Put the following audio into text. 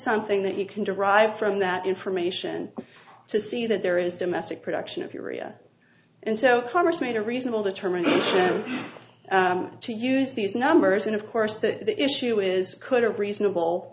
something that you can derive from that information to see that there is domestic production of urea and so congress made a reasonable determination to use these numbers and of course the issue is could a reasonable